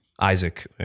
Isaac